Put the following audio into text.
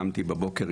קמתי בבוקר,